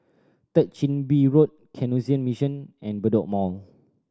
Third Chin Bee Road Canossian Mission and Bedok Mall